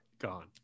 gone